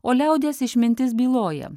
o liaudies išmintis byloja